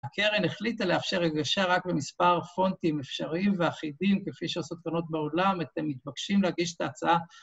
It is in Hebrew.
הקרן החליטה לאפשר הגשה רק במספר פונטים אפשריים ואחידים, כפי שעושות גדולות בעולם. אתם מתבקשים להגיש את ההצעה.